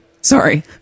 Sorry